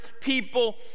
people